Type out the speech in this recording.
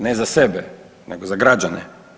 Ne za sebe nego za građane.